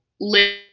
live